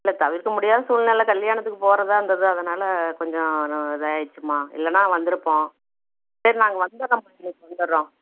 இல்லை தவிர்க்க முடியாத சூழ்நெல கல்யாணத்துக்கு போகிறதா இருந்தது அதனால் கொஞ்சம் நான் இதாகிடுச்சிம்மா இல்லைன்னா வந்திருப்போம் சரி நாங்கள் வந்துடுறோம் இன்னைக்கு வந்துடுறோம்